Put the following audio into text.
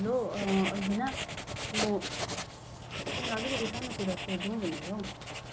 hello Albina म तिमीलाई अलिकति सानो कुरा सोधौँ भनेर हौ